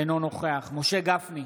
אינו נוכח משה גפני,